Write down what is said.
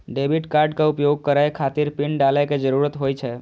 debit कार्डक उपयोग करै खातिर पिन डालै के जरूरत होइ छै